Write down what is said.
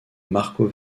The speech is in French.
marco